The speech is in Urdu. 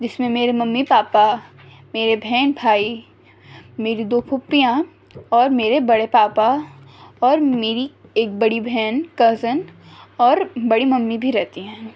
جس میں میرے ممی پاپا میرے بہن بھائی میری دو پھوپھیاں اور میرے بڑے پاپا اور میری ایک بڑی بہن کزن اور بڑی ممی بھی رہتی ہیں